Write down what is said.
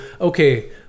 okay